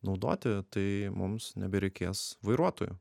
naudoti tai mums nebereikės vairuotojų